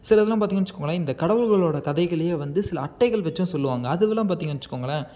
சிலதுலாம் பார்த்திங்கன்னு வச்சுக்கோங்களேன் இந்த கடவுள்களோட கதைகளை வந்து சில அட்டைகள் வச்சும் சொல்வாங்க அதுவெல்லாம் பாத்திங்கன்னு வச்சுக்கோங்களேன்